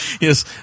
Yes